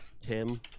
Tim